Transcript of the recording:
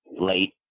late